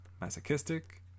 masochistic